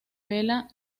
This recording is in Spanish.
vela